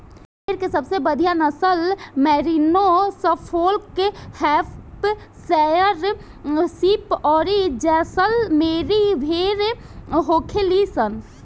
भेड़ के सबसे बढ़ियां नसल मैरिनो, सफोल्क, हैम्पशायर शीप अउरी जैसलमेरी भेड़ होखेली सन